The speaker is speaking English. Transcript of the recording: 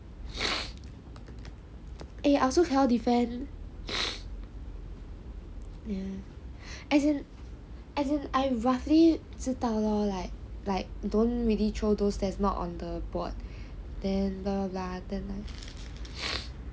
I also cannot defend as in as in I roughly 知道 lor like like don't really throw those there's not on the board then the lah